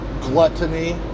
gluttony